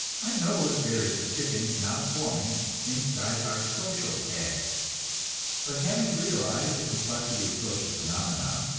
i know that there is a chicken now forming inside our social egg but having realized the complexity of social phenomena,